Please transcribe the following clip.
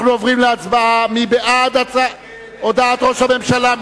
מי בעד הודעת ראש הממשלה?